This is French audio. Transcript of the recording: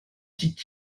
dit